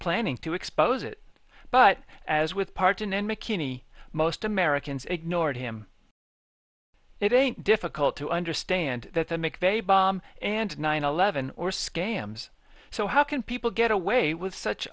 planning to expose it but as with parton in mckinney most americans ignored him it ain't difficult to understand that the mcveigh bomb and nine eleven or scams so how can people get away with such